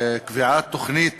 וקביעת תוכנית